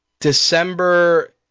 December